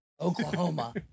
Oklahoma